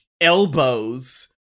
elbows